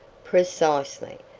precisely.